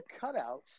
cutouts